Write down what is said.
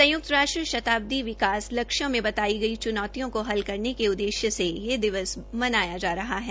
संयुक्त राष्ट्र शताब्दी विकास लक्ष्यों में बताई चुनौतियों को हल करने के उद्देश्य से ये दिवस मनाया जा रहा है